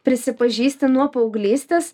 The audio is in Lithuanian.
prisipažįsti nuo paauglystės